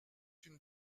une